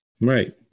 Right